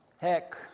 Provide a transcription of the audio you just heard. heck